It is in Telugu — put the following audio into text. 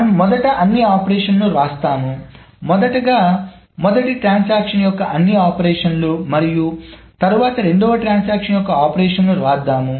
మనము మొదట అన్ని ఆపరేషన్లను వ్రాస్తాము మొదటగా మొదట ట్రాన్సాక్షన్ యొక్క అన్ని ఆపరేషన్లు మరియు తరువాత రెండవ ట్రాన్సాక్షన్ యొక్క ఆపరేషన్లు వ్రాద్దాము